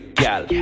gal